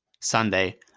Sunday